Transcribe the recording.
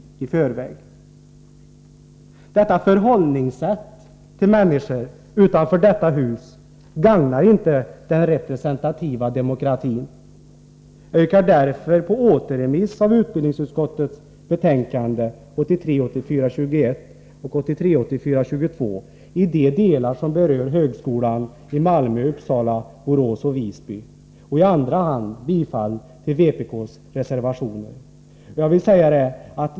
Detta förhållningssätt till människor utanför detta hus gagnar inte den representativa demokratin. Jag yrkar därför på återremiss av utbildningsutskottets betänkanden 21 och 22 i de delar som berör högskolan i Malmö, Uppsala, Borås och Visby. I andra hand yrkar jag bifall till vpk:s reservationer.